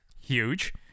Huge